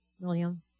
William